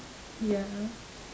ya